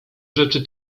rzeczy